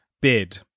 bid